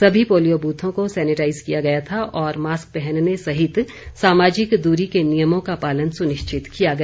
सभी पोलियो ब्रथों को सैनेटाइज किया गया था और मास्क पहनने सहित सामाजिक दूरी के नियमों का पालन सुनिश्चित किया गया